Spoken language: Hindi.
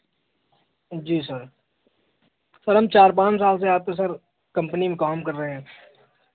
जी सर सर हम चार पाँच साल से आपके सर कम्पनी में काम कर रहे हैं